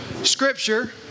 Scripture